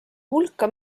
hulka